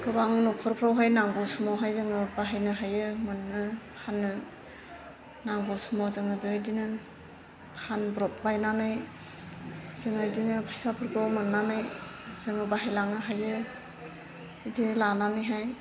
गोबां न'खरफ्रावहाय नांगौ समावहाय जोङो बाहायनो हायो मोनो फानो नांगौ समाव जोङो बिबायदिनो फ्रानब्र'ब बायनानै जोङो बेदिनो फैसाफोरखौ मोननानै जोङो बाहायलांनो हायो बिदिनो लानानैहाय